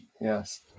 Yes